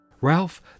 Ralph